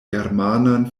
germanan